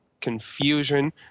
confusion